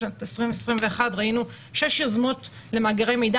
בשנת 2021 ראינו שש יוזמות למאגרי מידע